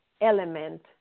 element